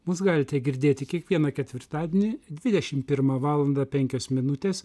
mus galite girdėti kiekvieną ketvirtadienį dvidešimt pirmą valandą penkios minutės